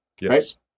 Yes